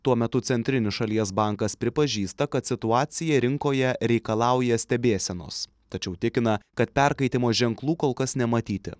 tuo metu centrinis šalies bankas pripažįsta kad situacija rinkoje reikalauja stebėsenos tačiau tikina kad perkaitimo ženklų kol kas nematyti